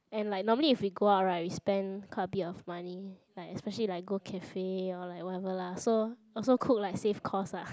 and like normally if we go out right we spend quite a bit of money like especially like go cafe or like whatever lah so also cook like save cost lah